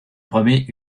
promet